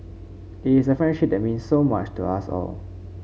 it is a friendship that means so much to us all